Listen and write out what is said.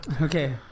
Okay